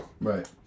right